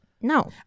No